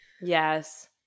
yes